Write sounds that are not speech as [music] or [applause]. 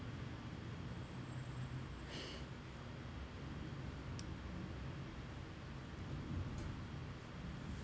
[laughs]